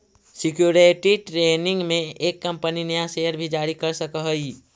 security training में एक company नया शेयर भी जारी कर सकऽ हई